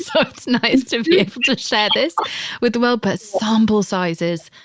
so it's nice to be able to share this with the world, but sample sizes.